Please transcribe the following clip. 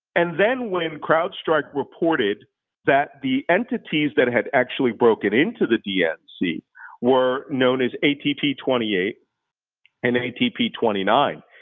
and then when crowdstrike reported that the entities that had actually broken into the dnc were known as atp twenty eight and atp twenty nine,